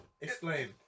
Explain